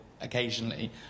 occasionally